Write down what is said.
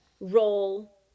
roll